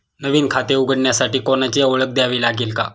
नवीन खाते उघडण्यासाठी कोणाची ओळख द्यावी लागेल का?